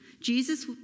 Jesus